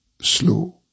slow